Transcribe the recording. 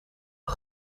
een